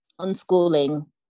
unschooling